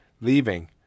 leaving